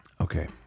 Okay